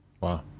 Wow